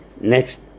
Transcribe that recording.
next